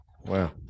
wow